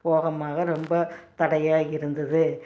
போகமாக ரொம்ப தடையாக இருந்தது